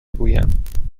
گویم